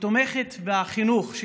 שתומכת בחינוך,